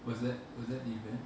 was that was that the event